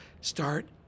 Start